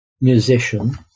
musician